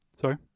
Sorry